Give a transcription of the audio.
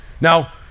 Now